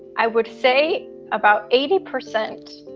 i would say about eighty percent,